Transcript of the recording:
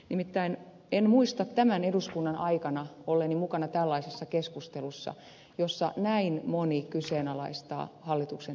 nimittäin en muista tämän eduskunnan aikana olleeni mukana tällaisessa keskustelussa jossa näin moni kyseenalaistaa hallituksen esityksen